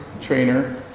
trainer